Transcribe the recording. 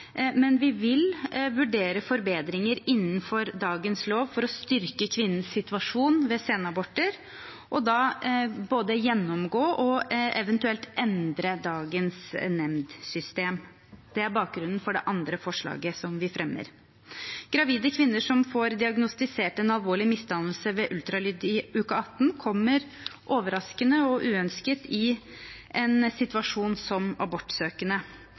men vi vil vurdere forbedringer innenfor dagens lov for å styrke kvinnens situasjon ved senaborter, og både gjennomgå og eventuelt endre dagens nemndsystem. Det er bakgrunnen for det andre forslaget som vi fremmer. Gravide kvinner som ved ultralyd i uke 18 får diagnostisert en alvorlig misdannelse hos fosteret, kommer overraskende og uønsket i en situasjon som abortsøkende.